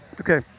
Okay